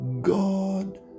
God